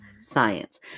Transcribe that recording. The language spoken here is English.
science